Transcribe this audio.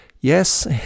Yes